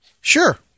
Sure